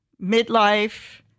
midlife